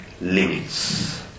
limits